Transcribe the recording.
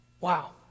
Wow